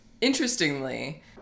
interestingly